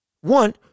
one